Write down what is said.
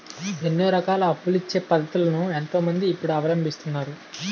ఎన్నో రకాల అప్పులిచ్చే పద్ధతులను ఎంతో మంది ఇప్పుడు అవలంబిస్తున్నారు